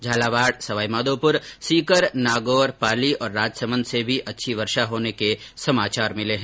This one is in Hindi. झालावाड सवाईमाधोपुर सीकर नागौर पाली और राजसमंद से भी अच्छी वर्षा होने के समाचार प्राप्त हुए है